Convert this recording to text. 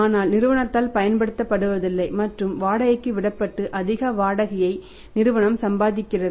ஆனால் நிறுவனத்தால் பயன்படுத்தப்படுவதில்லை மற்றும் வாடகைக்கு விடப்பட்டு அதிக வாடகையை நிறுவனம் சம்பாதிக்கிறது